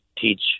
teach